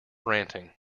ranting